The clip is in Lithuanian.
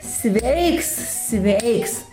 sveiks sveiks